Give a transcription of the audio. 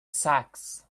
sax